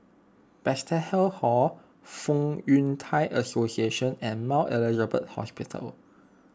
Bethesda Hall Fong Yun Thai Association and Mount Elizabeth Hospital